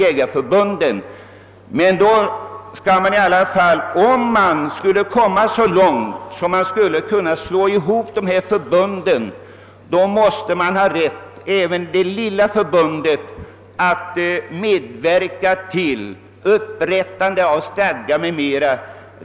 Om man skall komma så långt att man kan slå ihop dessa förbund, måste dock även det lilla förbundet ha rätt att medverka vid upprättandet av stadgar m.m.